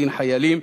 דין חיילים),